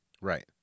Right